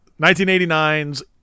1989's